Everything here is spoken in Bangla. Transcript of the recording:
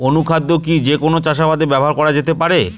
অনুখাদ্য কি যে কোন চাষাবাদে ব্যবহার করা যেতে পারে?